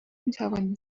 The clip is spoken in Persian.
میتوانید